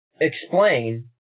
explain